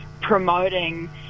promoting